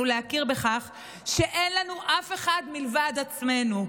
להכיר בכך שאין לנו אף אחד מלבד עצמנו,